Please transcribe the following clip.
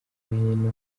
hino